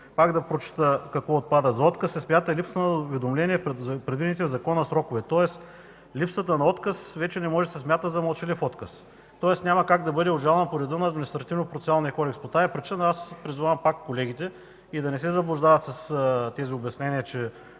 Пак да прочета какво отпада: „За отказ се смята липсата на уведомление в предвидените в Закона срокове”. Тоест липсата на отказ вече не може да се смята за мълчалив отказ, тоест няма как да бъде обжалван по реда на Административнопроцесуалния кодекс. По тази причина пак призовавам колегите да не се заблуждават с тези обяснения, че,